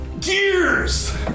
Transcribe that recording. Gears